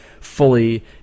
fully